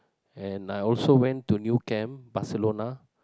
and I also went to New-Camp Barcelona